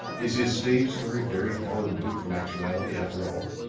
is his stage story very far removed from actuality after all?